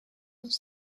does